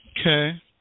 Okay